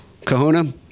kahuna